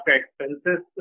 expenses